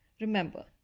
remember